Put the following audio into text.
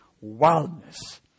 wildness